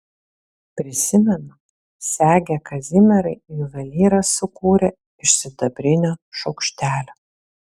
prisimenu segę kazimierai juvelyras sukūrė iš sidabrinio šaukštelio